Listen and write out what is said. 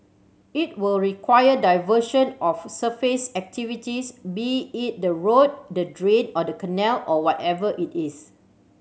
it will require diversion of surface activities be it the road the drain or the canal or whatever it is